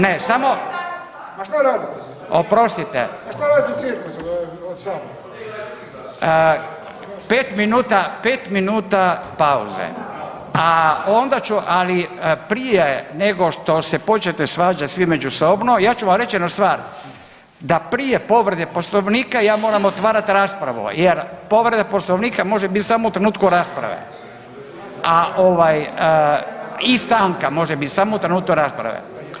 Ne, samo [[Upadica iz klupe: Ma šta radite cirkus od sabora]] 5 minuta, 5 minuta pauze, a onda ću, ali prije nego što se počnete svađat svi međusobno ja ću vam reći jednu stvar da prije povrede Poslovnika ja moram otvarat raspravu jer povreda Poslovnika može bit samo u trenutku rasprave, a ovaj i stanka može bit samo u trenutku rasprave.